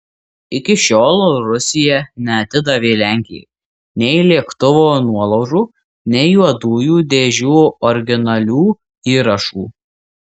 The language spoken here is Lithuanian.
iki šiol rusija neatidavė lenkijai nei lėktuvo nuolaužų nei juodųjų dėžių originalių įrašų